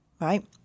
Right